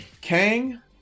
kang